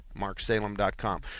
MarkSalem.com